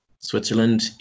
Switzerland